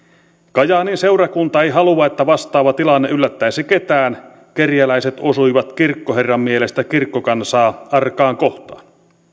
kajaanin seurakunta ei halua että vastaava tilanne yllättäisi ketään kerjäläiset osuivat kirkkoherran mielestä kirkkokansaa arkaan kohtaan